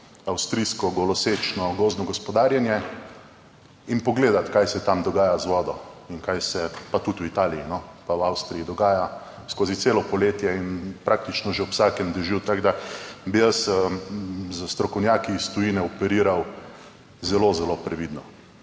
avstrijsko golosečno gozdno gospodarjenje in pogledati kaj se tam dogaja z vodo in kaj se pa tudi v Italiji, pa v Avstriji dogaja skozi celo poletje in praktično že ob vsakem dežju. Tako da bi jaz s strokovnjaki iz tujine, operiral zelo, zelo previdno.